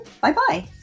Bye-bye